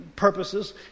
purposes